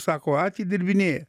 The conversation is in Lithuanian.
sako atidirbinėja